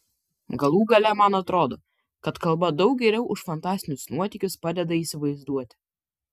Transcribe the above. galų gale man atrodo kad kalba daug geriau už fantastinius nuotykius padeda įsivaizduoti